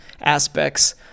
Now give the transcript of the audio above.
aspects